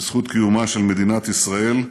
בזכות קיומה של מדינת ישראל,